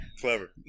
Clever